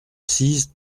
six